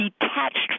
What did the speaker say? detached